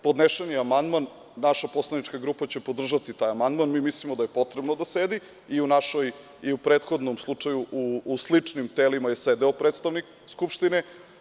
Podnešen je amandman, naša poslanička grupa će podržati taj amandman, mi mislimo da je potrebno da sedi, i u našoj i u prethodnom slučaju, u sličnim telima je sedeo predstavnik Skupštine.